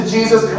Jesus